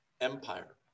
Empire